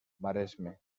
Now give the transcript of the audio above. maresme